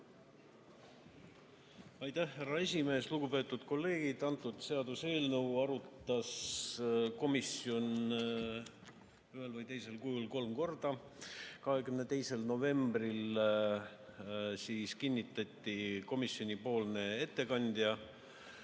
Aitäh, härra esimees! Lugupeetud kolleegid! Seda seaduseelnõu arutas komisjon ühel või teisel kujul kolm korda. 22. novembril kinnitati komisjoni ettekandja,